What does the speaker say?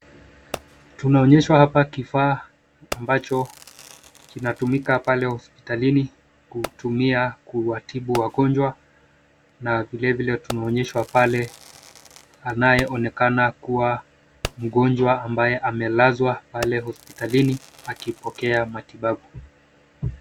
Tunaonyeshwa hapa kifaa ambacho kinatumika pale hospitalini kutumia kuwatibu wagonjwa na vilevile tunaonyeshwa pale anayeonekana kuwa mgonjwa ambaye amelazwa pale hospitalini akipokea matibabu.